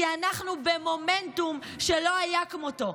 כי אנחנו במומנטום שלא היה כמותו.